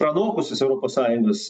pranokusios europos sąjungos